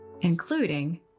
including